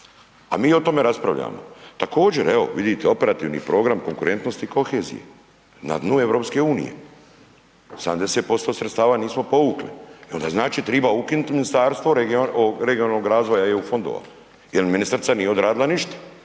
a mi o tome raspravljamo. Također, evo vidite, operativni program konkurentnost i kohezije, na dnu EU, 70% sredstava nismo povukli. I onda znači treba ukinuti Ministarstvo regionalnog razvoja i EU fondova jer ministrica nije odradila ništa,